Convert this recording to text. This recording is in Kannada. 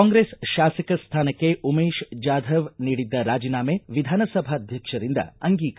ಕಾಂಗ್ರೆಸ್ ಶಾಸಕ ಸ್ಥಾನಕ್ಕೆ ಉಮೇಶ್ ಜಾಧವ್ ನೀಡಿದ್ದ ರಾಜಿನಾಮೆ ವಿಧಾನಸಭಾಧ್ಯಕ್ಷರಿಂದ ಅಂಗೀಕಾರ